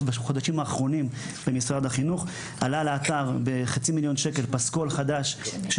ובחודשים האחרונים במשרד החינוך: עלה לאתר פסקול חדש של